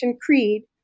Creed